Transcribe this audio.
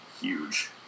huge